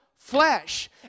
flesh